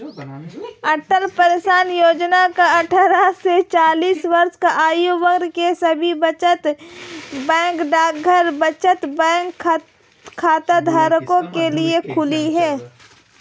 अटल pension Yojana अट्ठारह से चालीस वर्ष आयु वर्ग के सभी बचत बैंक डाकघर बचत बैंक खाताधारकों के लिए खुली है